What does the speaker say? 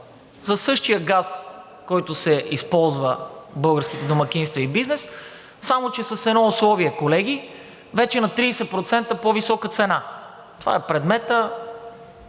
със същия газ, който се използва в българските домакинства и бизнес, само че с едно условие, колеги, вече на 30% по-висока цена. Това е предметът